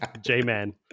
J-Man